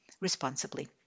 responsibly